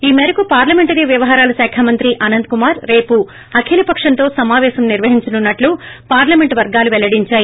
ఈ మేరకు పార్లమెంటరీ వ్యవహారాల శాఖ మంత్రి అనంతకుమార్ రేపు అఖిల పక్షంతో సమావేశం నిర్వహించనున్నట్లు పార్లమెంట్ వర్గాలు పెల్లడిందాయి